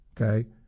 okay